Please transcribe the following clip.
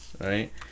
Right